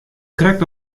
krekt